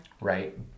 Right